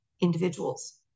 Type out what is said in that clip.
individuals